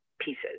pieces